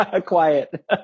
Quiet